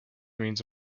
means